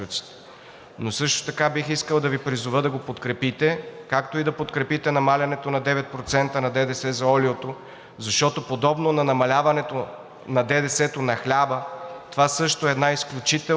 но също така бих искал да Ви призова да го подкрепите, както и да подкрепите намаляването на 9% на ДДС за олиото, защото подобно на намаляването на ДДС на хляба, това също е една изключително